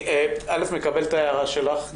א', אני מקבל את ההערה שלך.